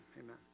amen